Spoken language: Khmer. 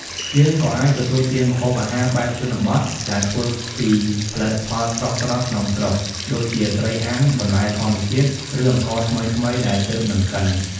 យើងក៏អាចទទួលទានម្ហូបអាហារបែបជនបទដែលធ្វើពីផលិតផលស្រស់ៗក្នុងស្រុក ដូចជាត្រីអាំង បន្លែធម្មជាតិ ឬអង្ករថ្មីៗដែលទើបនឹងកិន ។